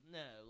no